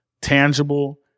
tangible